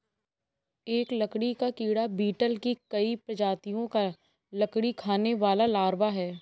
एक लकड़ी का कीड़ा बीटल की कई प्रजातियों का लकड़ी खाने वाला लार्वा है